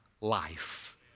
life